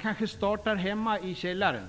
kanske startar hemma i källaren.